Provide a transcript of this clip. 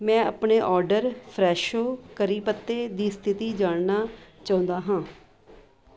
ਮੈਂ ਆਪਣੇ order Fresho curry ਪੱਤੇ ਦੀ ਸਥਿਤੀ ਜਾਣਨਾ ਚਾਹੁੰਦਾ ਹਾਂ